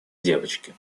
девочки